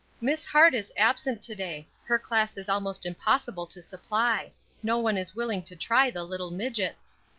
miss hart is absent to-day her class is almost impossible to supply no one is willing to try the little midgets.